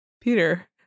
Peter